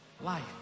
life